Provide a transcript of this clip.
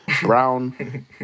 brown